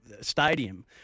stadium